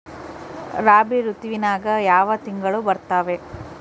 ರಾಬಿ ಋತುವಿನ್ಯಾಗ ಯಾವ ತಿಂಗಳು ಬರ್ತಾವೆ?